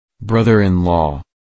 Brother-in-law